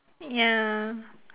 ya